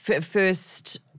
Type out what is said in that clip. first